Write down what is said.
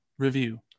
review